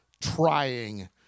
trying